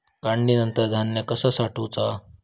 काढणीनंतर धान्य कसा साठवुचा?